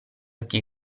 occhi